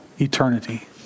eternity